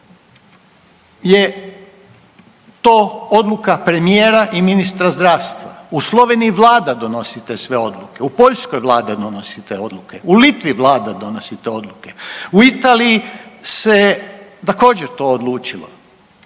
U Češkoj je to odluka premijera i ministra zdravstva. U Sloveniji vlada donosi sve te odluke. U Poljskoj vlada donosi te odluke. U Litvi vlada donosi te odluke. U Italiji se također to odlučilo.